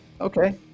Okay